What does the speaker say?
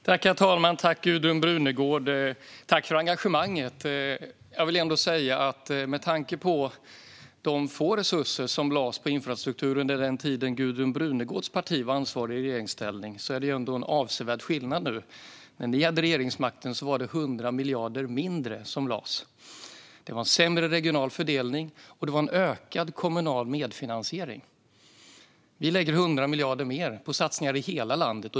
Herr talman! Tack, Gudrun Brunegård, för engagemanget! Med tanke på de få resurser som lades på infrastruktur under den tid då Gudrun Brunegårds parti var ansvarigt och satt i regeringsställning är det en avsevärd skillnad nu. När ni hade regeringsmakten lades 100 miljarder mindre, det var sämre regional fördelning och det var en större kommunal medfinansiering. Vi lägger 100 miljarder mer på satsningar i hela landet.